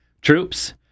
troops